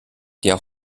der